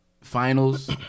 Finals